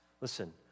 listen